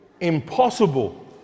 impossible